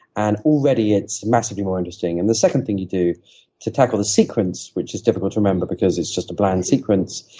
and already it's massively more interesting. and the second thing you do to tackle the sequence, which is difficult to remember because it's just a bland sequence,